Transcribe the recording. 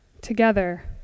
together